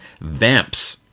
vamps